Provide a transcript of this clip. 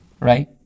right